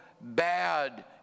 bad